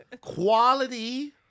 quality